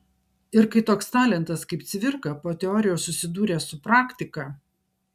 ir kai toks talentas kaip cvirka po teorijos susidūrė su praktika